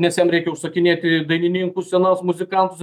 nes jam reikia užsakinėti dainininkus scenas muzikantus